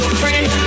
free